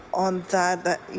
on that